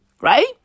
Right